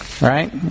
right